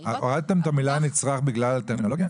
--- הורדתם את המילה נצרך בגלל הטרמינולוגיה?